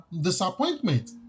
disappointment